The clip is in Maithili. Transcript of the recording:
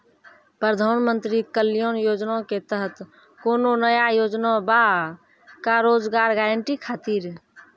प्रधानमंत्री कल्याण योजना के तहत कोनो नया योजना बा का रोजगार गारंटी खातिर?